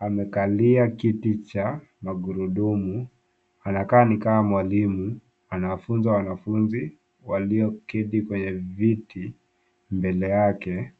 amekalia kiti cha magurudumu. Anakaa ni kama mwalimu. Anawafunza wanafunzi waliokaa kwenye viti mbele yake.